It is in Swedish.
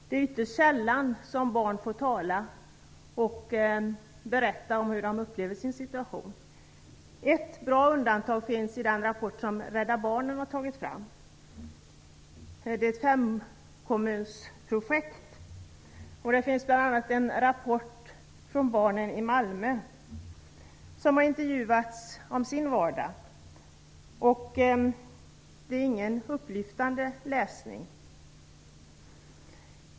Det är ytterst sällan som barn får tala och berätta om hur de upplever sin situation. Ett bra undantag utgörs av den rapport som Rädda Barnen har tagit fram. Det rör sig om ett femkommunsprojekt, där det bl.a. ingår en rapport om barnen i Malmö. De har intervjuats om sin vardag, och det är ingen upplyftande läsning.